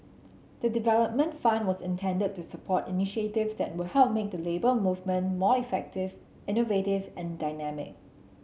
the development fund was intended to support initiatives that will help make the Labour Movement more effective innovative and dynamic